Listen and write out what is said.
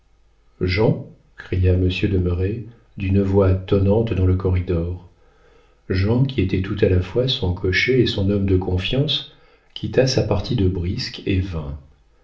jean cria monsieur de merret d'une voix tonnante dans le corridor jean qui était tout à la fois son cocher et son homme de confiance quitta sa partie de brisque et vint